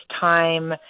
time